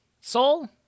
Soul